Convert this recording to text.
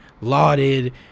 lauded